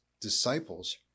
disciples